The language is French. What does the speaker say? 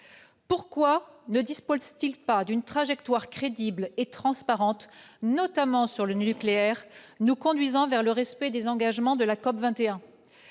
Pourquoi ne disposent-ils pas d'une trajectoire crédible et transparente, notamment sur le nucléaire, qui nous conduirait vers le respect des engagements de la COP21 ?